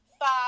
Five